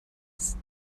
است